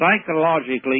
psychologically